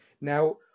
now